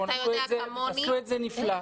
עשו את זה נפלא.